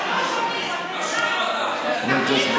את מבינה,